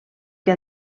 que